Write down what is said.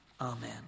Amen